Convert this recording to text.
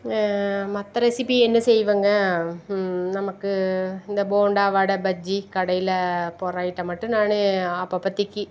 மற்ற ரெசிபி என்ன செய்வங்க நமக்கு இந்த போண்டா வடை பஜ்ஜி கடையில் போடுற ஐட்டம் மட்டும் நான் அப்பப்பத்திக்கு